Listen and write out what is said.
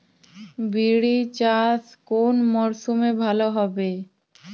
বিরি চাষ কোন মরশুমে ভালো হবে?